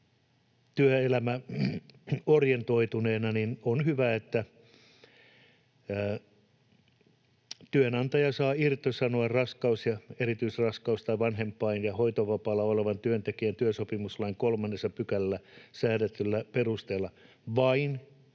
työelämäorientoituneena on hyvä, että työnantaja saa irtisanoa raskaus- ja erityisraskaus- tai vanhempain- ja hoitovapaalla olevan työntekijän työsopimuslain 3 §:ssä säädetyllä perusteella vain, jos työnantajan